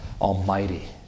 Almighty